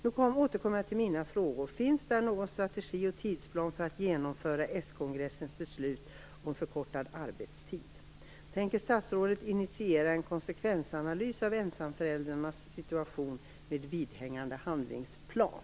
Jag återkommer till mina frågor: Finns det någon strategi och tidsplan för att genomföra s-kongressens beslut om förkortad arbetstid? Tänker statsrådet initiera en konsekvensanalys av ensamföräldrarnas situation med vidhängande handlingsplan?